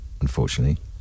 unfortunately